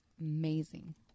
Amazing